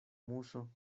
muso